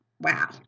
Wow